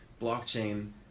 blockchain